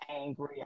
angry